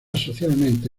socialmente